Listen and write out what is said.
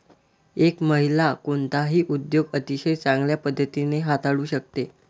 एक महिला कोणताही उद्योग अतिशय चांगल्या पद्धतीने हाताळू शकते